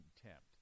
contempt